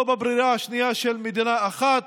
לא בברירה השנייה של מדינה אחת.